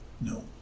No